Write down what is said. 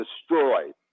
destroyed